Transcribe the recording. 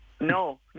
No